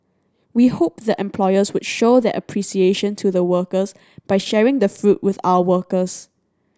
we hope the employers would show their appreciation to the workers by sharing the fruit with our workers